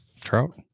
Trout